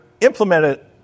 implemented